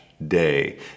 Day